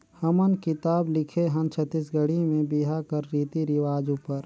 हमन किताब लिखे हन छत्तीसगढ़ी में बिहा कर रीति रिवाज उपर